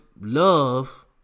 love